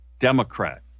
Democrat